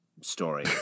story